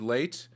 Late